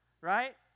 Right